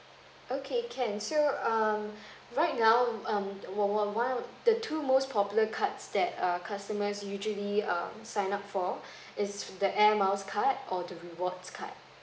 okay can so um right now um wh~ wh~ while the two most popular cards that err customers usually um sign up for is the air miles card or the rewards card